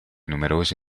numerosi